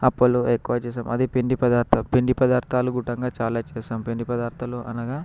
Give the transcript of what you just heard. అప్పులు ఎక్కువ చేసాం అది పిండి పదార్థం పిండి పదార్థాలు కూడంగా చాలా చేసాం పిండి పదార్థాలు అనగా